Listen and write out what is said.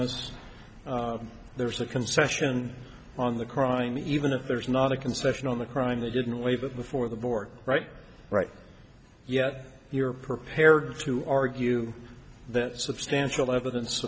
s there's a concession on the crime even if there's not a concession on the crime they didn't leave it before the board right right yet you're prepared to argue that substantial evidence